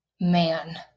Man